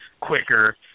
quicker